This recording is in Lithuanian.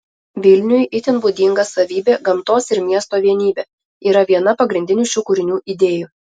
vilniui itin būdinga savybė gamtos ir miesto vienybė yra viena pagrindinių šių kūrinių idėjų